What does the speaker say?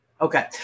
Okay